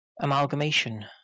amalgamation